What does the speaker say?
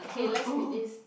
okay let's read this